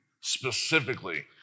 specifically